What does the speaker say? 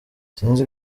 sinzi